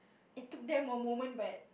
it took them a moment but